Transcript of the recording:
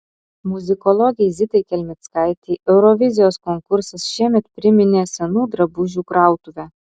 muzikologei zitai kelmickaitei eurovizijos konkursas šiemet priminė senų drabužių krautuvę